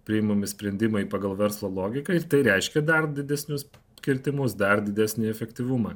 priimami sprendimai pagal verslo logiką ir tai reiškia dar didesnius kirtimus dar didesnį efektyvumą